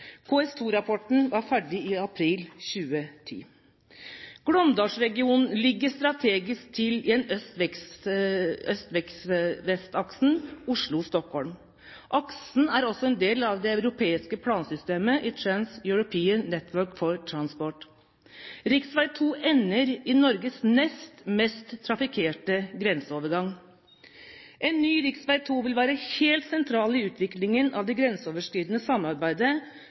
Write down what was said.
var ferdig i april 2010. Glåmdalsregionen ligger strategisk til i øst–vest-aksen Oslo–Stockholm. Aksen er også en del av det europeiske plansystemet i Trans-European Network for Transport. Rv. 2 ender i Norges nest mest trafikkerte grenseovergang. En ny rv. 2 vil være helt sentral i utviklingen av det grenseoverskridende samarbeidet